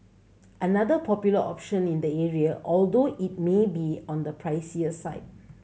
another popular option in the area although it may be on the pricier side